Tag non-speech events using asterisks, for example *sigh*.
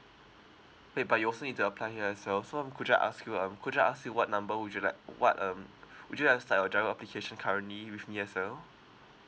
wait but you'll also need to apply here as well so um could I ask you um could I ask you what number would you like what um *breath* would you like to start your giro application currently with me as well